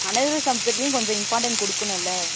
another சப்ஜெக்ட்லேயும் கொஞ்சம் important கொடுக்கணுல்ல